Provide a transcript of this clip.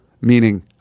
meaning